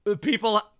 people